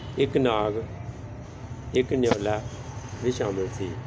ਇੱਕ ਨਾਗ ਇੱਕ ਨਿਓਲਾ ਵੀ ਸ਼ਾਮਿਲ ਸੀ